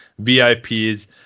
VIPs